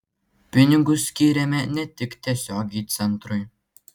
pinigus skyrėme ne tik tiesiogiai centrui